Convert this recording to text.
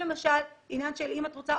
למשל, אם את רוצה